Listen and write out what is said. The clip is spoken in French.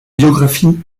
biographies